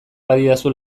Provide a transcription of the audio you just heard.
badidazu